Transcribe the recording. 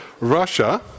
Russia